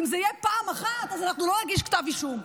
אז אם זה יהיה פעם אחת אנחנו לא נגיש כתב אישום.